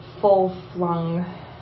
full-flung